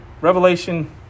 Revelation